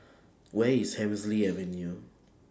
Where IS Hemsley Avenue